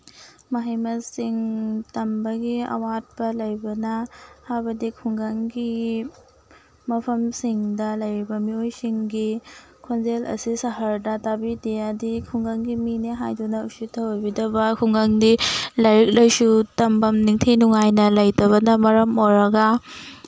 ꯃꯍꯩ ꯃꯁꯤꯡ ꯇꯝꯕꯒꯤ ꯑꯋꯥꯠꯄ ꯂꯩꯕꯅ ꯍꯥꯏꯕꯗꯤ ꯈꯨꯡꯒꯪꯒꯤ ꯃꯐꯝꯁꯤꯡꯗ ꯂꯩꯔꯤꯕ ꯃꯤꯑꯣꯏꯁꯤꯡꯒꯤ ꯈꯣꯟꯖꯦꯜ ꯑꯁꯤ ꯁꯍꯔꯗ ꯇꯥꯕꯤꯗꯦ ꯑꯗꯤ ꯈꯨꯡꯒꯪꯒꯤ ꯃꯤꯅꯦ ꯍꯥꯏꯗꯨꯅ ꯎꯁꯤꯠ ꯊꯋꯣꯏꯕꯤꯗꯕ ꯈꯨꯡꯒꯪꯗꯤ ꯂꯥꯏꯔꯤꯛ ꯂꯥꯏꯁꯨ ꯇꯝꯕꯝ ꯅꯤꯡꯊꯤ ꯅꯨꯉꯥꯏꯅ ꯂꯩꯇꯕꯅ ꯃꯔꯝ ꯑꯣꯏꯔꯒ